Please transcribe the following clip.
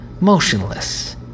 motionless